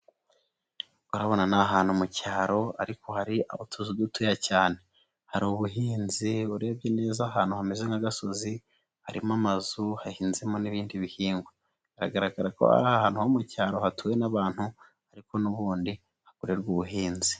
Urabona ahantu mu cyaro ariko hari utuzu dutoya cyane, hari ubuhinzi urebye neza ahantu hameze nk'agasozi, harimo amazu, hahinzemo n'ibindi bihingwa, biragaragara ko ari ahantu ho mu cyaro hatuwe n'abantu ariko n'ubundi hakorerwa ubuhinzi.